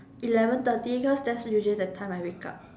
eleven thirty because that's usually the time I wake up